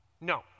No